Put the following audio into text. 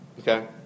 Okay